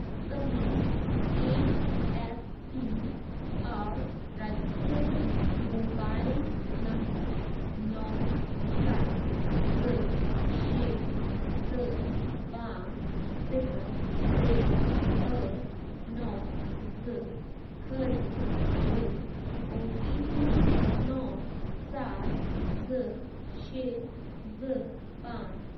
تٕہنٛد E F P O registered mobile number نو ستھ زٕ شےٚ زٕ پانژھ صِفر ترٛےٚ ٲٹھ نو زٕ خٲطرِ چھُ او ٹی پی نو سَتھ زٕ شےٚ زٕ پانٛژھ